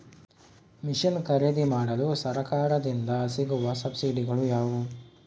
Mission ಖರೇದಿಮಾಡಲು ಸರಕಾರದಿಂದ ಸಿಗುವ ಸಬ್ಸಿಡಿಗಳು ಯಾವುವು?